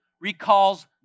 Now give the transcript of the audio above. recalls